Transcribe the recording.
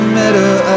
middle